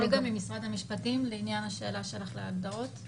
אולגה ממשרד המשפטים לעניין השאלה של ההגדרות.